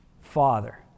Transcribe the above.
father